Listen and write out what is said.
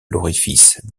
l’orifice